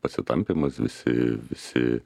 pasitampymas visi visi